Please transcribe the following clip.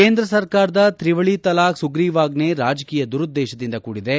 ಕೇಂದ್ರ ಸರ್ಕಾರದ ತ್ರಿವಳಿ ತಲಾಖ್ ಸುಗ್ರೀವಾಜ್ಞೆ ರಾಜಕೀಯ ದುರುದ್ದೇಶದಿಂದ ಕೂಡಿದೆ